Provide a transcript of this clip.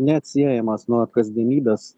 neatsiejamas nuo kasdienybės